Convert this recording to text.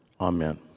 Amen